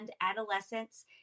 adolescents